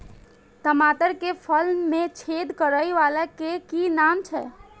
टमाटर के फल में छेद करै वाला के कि नाम छै?